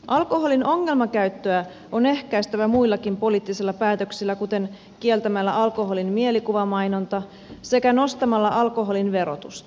alkoholin ongelmakäyttöä on ehkäistävä muillakin poliittisilla päätöksillä kuten kieltämällä alkoholin mielikuvamainonta sekä nostamalla alkoholin verotusta